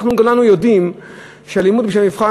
אנחנו כולנו יודעים שהלימוד בשביל המבחן